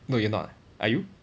no you're not are you